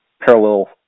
parallel